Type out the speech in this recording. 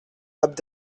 abd